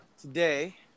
today